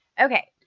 Okay